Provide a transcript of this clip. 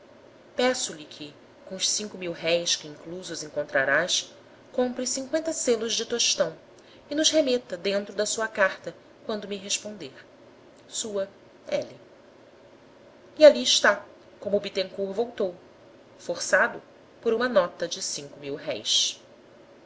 peço-lhe que com os cinco mil réis que inclusos encontrarás compre cinqüenta selos de tostão e nos remeta dentro da sua carta quando me responder sua l e ali está como o bittencourt voltou forçado por uma nota de cinco mil